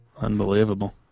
Unbelievable